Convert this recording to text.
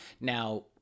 Now